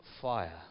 fire